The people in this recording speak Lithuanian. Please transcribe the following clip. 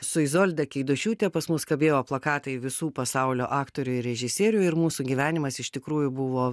su izolda keidošiūte pas mus kabėjo plakatai visų pasaulio aktorių ir režisierių ir mūsų gyvenimas iš tikrųjų buvo